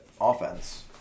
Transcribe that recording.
offense